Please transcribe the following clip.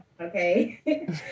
okay